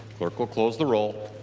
clerk will close the roll.